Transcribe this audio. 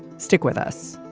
stick with us